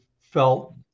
felt